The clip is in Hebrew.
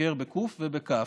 משקר בקו"ף ומשכר בכ"ף,